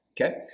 okay